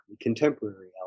contemporary